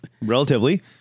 relatively